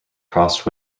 crossed